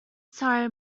sorry